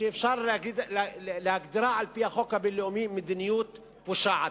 שאפשר להגדירה על-פי החוק הבין-לאומי מדיניות פושעת,